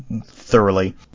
thoroughly